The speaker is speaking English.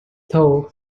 though